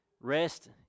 rest